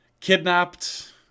kidnapped